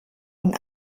und